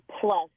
plus